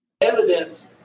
Evidence